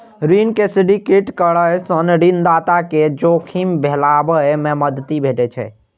ऋण के सिंडिकेट करै सं ऋणदाता कें जोखिम फैलाबै मे मदति भेटै छै